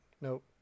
Nope